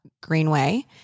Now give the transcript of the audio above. Greenway